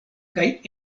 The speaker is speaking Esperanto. kaj